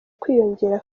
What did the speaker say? kwiyongera